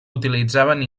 utilitzaven